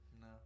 No